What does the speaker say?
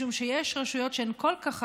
משום שיש רשויות שהן כל כך חלשות,